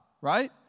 right